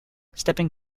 stepping